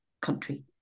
country